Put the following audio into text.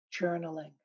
journaling